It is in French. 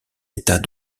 états